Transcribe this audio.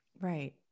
Right